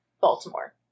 Baltimore